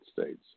States